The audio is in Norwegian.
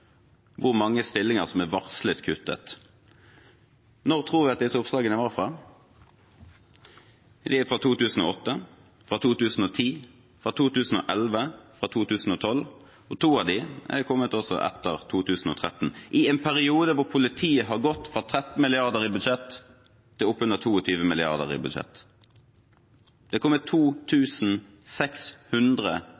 hvor mange stillinger som er varslet kuttet. Når tror dere at disse oppslagene er fra? De er fra 2008, 2010, 2011, 2012, og to av dem er kommet etter 2013 – i en periode hvor politiet har gått fra 13 mrd. kr til opp under 22 mrd. kr i budsjett. Det